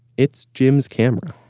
it's jim's camera